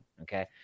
okay